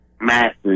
massive